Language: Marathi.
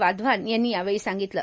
वाधवान यांनी यावेळी सांगितलं